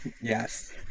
Yes